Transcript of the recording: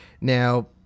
Now